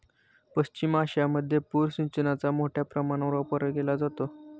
पश्चिम आशियामध्ये पूर सिंचनाचा मोठ्या प्रमाणावर वापर केलेला दिसतो